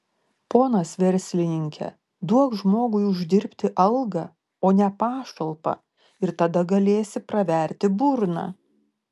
ponas verslininke duok žmogui uždirbti algą o ne pašalpą ir tada galėsi praverti burną